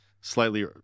slightly